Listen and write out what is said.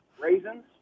raisins